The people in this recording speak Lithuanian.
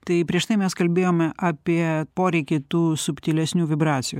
tai prieš tai mes kalbėjome apie poreikį tų subtilesnių vibracijų